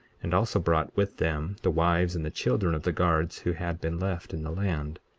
and also brought with them the wives and the children of the guards who had been left in the land.